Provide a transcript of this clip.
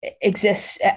Exists